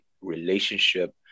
relationship